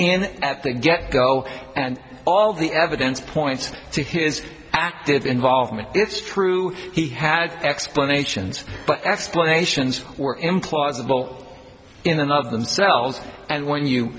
at the get go and all the evidence points to his active involvement it's true he had explanations explanations were implausible in another themselves and when you